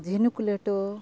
ᱡᱷᱤᱱᱩᱠ ᱞᱮᱴᱚ